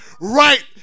right